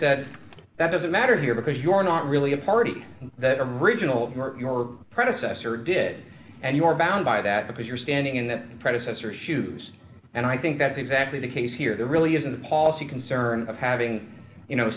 said that doesn't matter here because you're not really a party that original your predecessor did and you are bound by that because you're standing in that predecessor shoes and i think that's exactly the case here that really isn't the policy concern of having you know